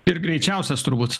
ir greičiausias turbūt